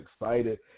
excited